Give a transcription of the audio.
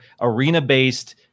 arena-based